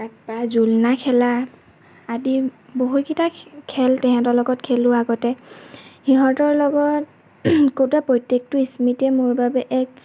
তাৰ পৰা জোলনা খেলা আদি বহুতকেইটা খেল তাহাতৰ লগত খেলো আগতে সিহতঁৰ লগত কটোৱা প্ৰত্যেকটো স্মৃতিয়ে মোৰ বাবে এক